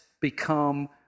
become